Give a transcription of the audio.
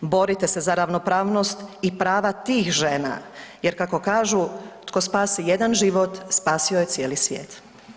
Borite se za ravnopravnost i prava tih žena jer kako kažu tko spasi jedan život spasio je cijeli svijet.